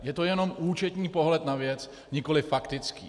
Je to jenom účetní pohled na věc, nikoliv faktický.